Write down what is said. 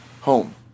home